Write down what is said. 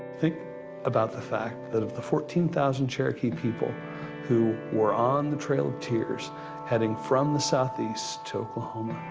think about the fact that of the fourteen thousand cherokee people who were on the trail of tears heading from the southeast to oklahoma,